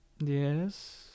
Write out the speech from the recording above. Yes